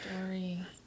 story